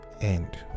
end